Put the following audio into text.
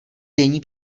denní